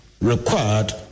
required